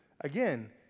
Again